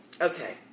Okay